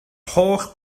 holl